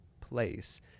place